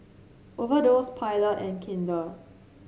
Overdose Pilot and Kinder